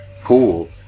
pool